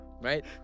Right